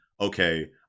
okay